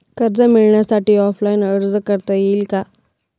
कर्ज मिळण्यासाठी ऑफलाईन अर्ज करता येईल का?